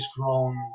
grown